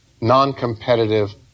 non-competitive